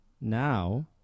now